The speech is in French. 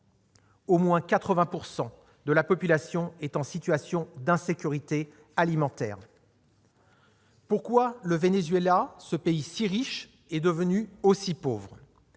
Au moins 80 % de la population est en situation d'insécurité alimentaire. Pourquoi le Venezuela, ce pays si riche, est-il devenu aussi pauvre ?